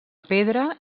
pedra